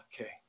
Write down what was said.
Okay